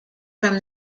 from